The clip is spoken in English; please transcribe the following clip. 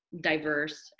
diverse